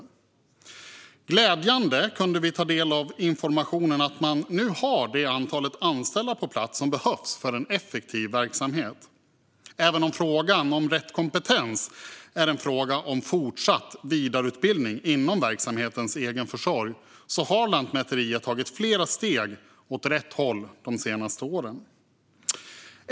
Glädjande nog kunde vi ta del av informationen att man nu har det antal anställda på plats som behövs för en effektiv verksamhet. Även om frågan om rätt kompetens är en fråga om fortsatt vidareutbildning genom verksamhetens egen försorg har Lantmäteriet tagit flera steg åt rätt håll de senaste åren.